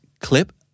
clip